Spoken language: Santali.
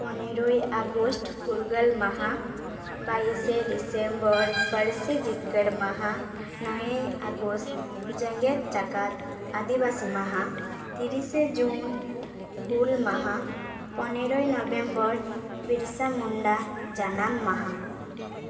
ᱯᱚᱱᱮᱨᱳᱭ ᱟᱜᱚᱥᱴ ᱯᱷᱩᱨᱜᱟᱹᱞ ᱢᱟᱦᱟ ᱵᱟᱭᱤᱥᱮ ᱰᱤᱥᱮᱢᱵᱚᱨ ᱯᱟᱹᱨᱥᱤ ᱡᱤᱛᱠᱟᱹᱨ ᱢᱟᱦᱟ ᱱᱚᱭᱚᱭ ᱟᱜᱚᱥᱴ ᱡᱮᱜᱮᱛ ᱡᱟᱠᱟᱛ ᱟᱫᱤᱵᱟᱥᱤ ᱢᱟᱦᱟ ᱛᱤᱨᱤᱥᱮ ᱡᱩᱱ ᱦᱩᱞ ᱢᱟᱦᱟ ᱯᱚᱱᱮᱨᱳᱭ ᱱᱚᱵᱦᱮᱢᱵᱚᱨ ᱵᱤᱨᱥᱟ ᱢᱩᱱᱰᱟ ᱡᱟᱱᱟᱢ ᱢᱟᱦᱟ